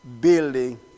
building